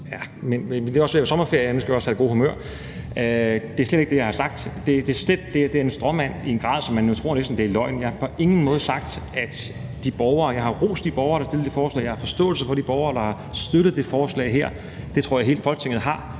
Det er ved at være sommerferie, og vi skal også have det gode humør frem. Men det er slet ikke det, jeg har sagt. Det er en stråmand i en grad, så man jo næsten tror, det er løgn. Jeg har på ingen måde sagt det der. Jeg har rost de borgere, der har stillet det forslag; jeg har forståelse for de borgere, der har støttet det forslag her – det tror jeg hele Folketinget har.